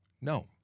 no